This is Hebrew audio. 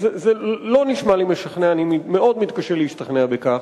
זה לא נשמע לי משכנע, אני מאוד מתקשה להשתכנע בכך.